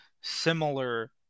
similar